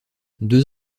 deux